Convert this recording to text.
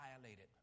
violated